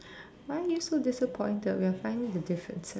why are you so disappointed we are finding the differences